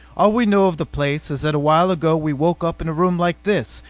all we know of the place is that a while ago we woke up in a room like this,